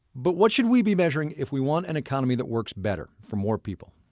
but what should we be measuring if we want an economy that works better for more people?